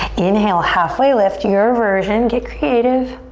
inhale, halfway lift, your version. get creative.